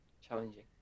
challenging